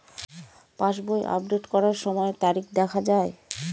পাসবই update করার সময়ে তারিখ দেখা য়ায়?